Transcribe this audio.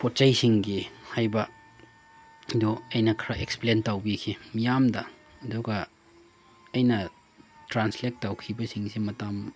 ꯄꯣꯠ ꯆꯩꯁꯤꯡꯒꯤ ꯍꯥꯏꯕ ꯑꯗꯨ ꯑꯩꯅ ꯈꯔ ꯑꯦꯛꯁꯄ꯭ꯂꯦꯟ ꯇꯧꯕꯤꯈꯤ ꯃꯤꯌꯥꯝꯗ ꯑꯗꯨꯒ ꯑꯩꯅ ꯇ꯭ꯔꯥꯟꯁꯂꯦꯠ ꯇꯧꯈꯤꯕꯁꯤꯡꯁꯤ ꯃꯇꯝ